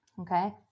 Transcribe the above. Okay